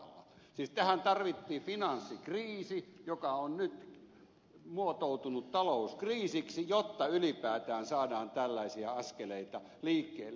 siis tähän tarvittiin finanssikriisi joka on nyt muotoutunut talouskriisiksi jotta ylipäätään saadaan tällaisia askeleita liikkeelle